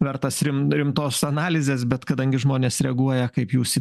vertas rim rimtos analizės bet kadangi žmonės reaguoja kaip jūs į